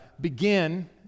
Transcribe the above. begin